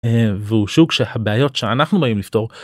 אה... והוא שוק שהבעיות שאנחנו באים לפתור...